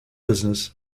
business